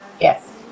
Yes